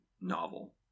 novel